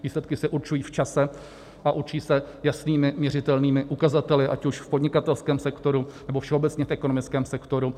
Výsledky se určují v čase a určí se jasnými měřitelnými ukazateli, ať už v podnikatelském sektoru, nebo všeobecně v ekonomickém sektoru.